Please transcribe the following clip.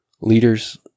leaders